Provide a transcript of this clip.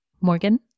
Morgan